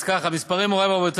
אז, ככה, מורי ורבותי,